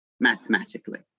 Mathematically